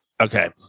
Okay